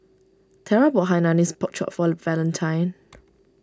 Tera bought Hainanese Pork Chop for Valentine